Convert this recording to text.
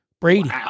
Brady